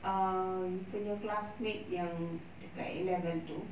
err punya classmate yang dekat A level itu